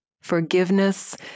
Forgiveness